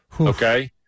Okay